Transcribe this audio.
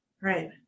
right